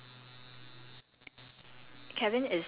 ya then there's this other guy kevin